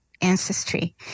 ancestry